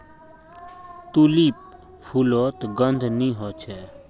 tulip फुलोत गंध नि होछे